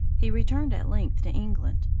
he returned at length to england.